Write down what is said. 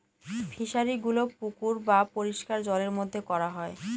ফিশারিগুলো পুকুর বা পরিষ্কার জলের মধ্যে করা হয়